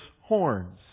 horns